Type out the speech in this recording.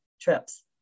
trips